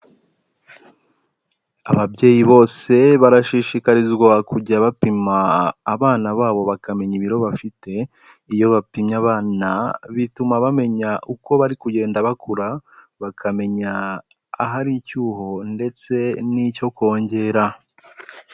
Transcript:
Ababyeyi bose barashishikarizwa kujya bapima abana babo bakamenya ibiro bafite, iyo bapimye abana bituma bamenya uko bari kugenda bakura bakamenya ahari icyuho ndetse n'icyo kongera.